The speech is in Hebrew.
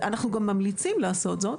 אנחנו גם ממליצים לעשות זאת,